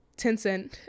tencent